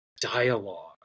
dialogue